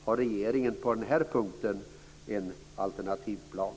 Har regeringen på den här punkten en alternativ plan?